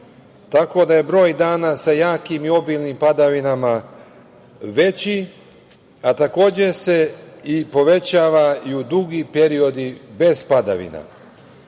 tako da je broj dana sa jakim i obilnim padavinama veći, a takođe se i povećavaju dugi periodu bez padavina. Srbija